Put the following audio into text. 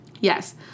Yes